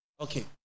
Okay